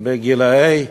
גילאי חמש,